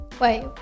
Wait